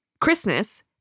Christmas